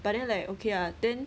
but then like okay ah then